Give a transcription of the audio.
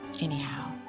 anyhow